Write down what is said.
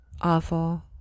Awful